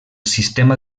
sistema